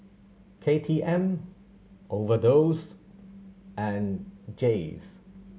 K T M Overdose and Jays